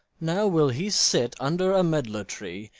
now will he sit under a medlar tree,